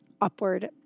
upward